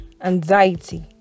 anxiety